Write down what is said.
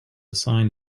sign